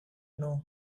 know